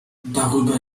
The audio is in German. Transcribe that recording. darüber